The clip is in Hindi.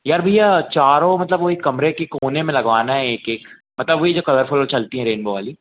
यार भैया चारों मतलब वह एक कमरे के कोने में लगवाना है एक एक मतलब वही जो कलरफुल चलती हैं रेनबो वाली